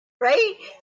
right